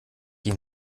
die